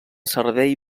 servei